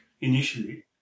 initially